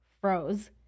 froze